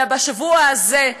ובשבוע הזה,